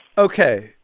ok,